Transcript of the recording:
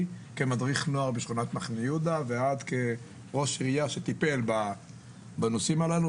כמדריך נוער בשכונת מחנה יהודה ועד ראש עיר שטיפל בנושאים האלה,